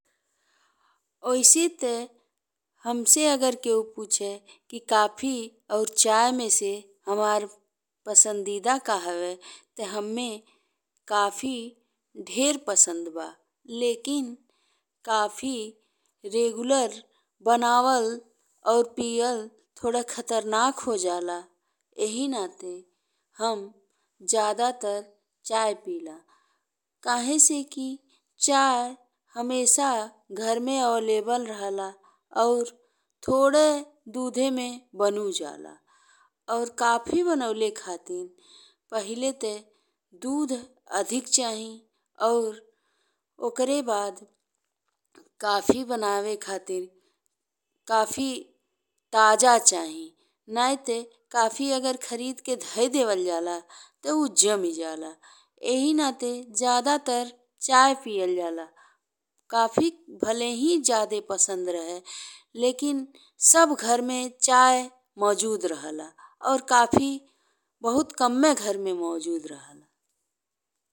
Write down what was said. ओइसे ते हमसे अगर केहु पूछे कि कॉफी और चाय में से हमार पसंदीदा का हवे ते हम्मे कॉफी ढेर पसंद बा। लेकिन कॉफी रेगुलर बबावल और पियाल थोड़े खतरनाक हो जाला। एही नाते हम जादातर चाय पिला। काहे से कि चाय हमेशा घर में अवेलेबल रहला और थोड़े दूध में बनु जाला और काफी बनाएल खातिर पहिले ते दूध अधिक चाही और ओकरा बाद काफी बनावे खातिर काफी ताजा चाही। नाहीं ते काफी अगर खरीद के ढाई देवल जाला ते ऊ जमी जाला। एही नाते जादातर चाय पियाल जाला। काफी भले ही जादे पसंद रहे लेकिन सब घर में चाय मौजूद रहेला और काफी बहुत कम्मे घर में मौजूद रहला।